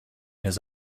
his